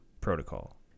protocol